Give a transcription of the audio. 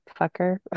fucker